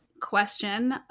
question